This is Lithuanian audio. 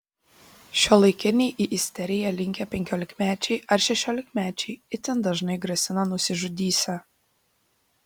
šiuolaikiniai į isteriją linkę penkiolikmečiai ar šešiolikmečiai itin dažnai grasina nusižudysią